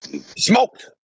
Smoked